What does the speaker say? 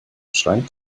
schrank